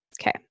Okay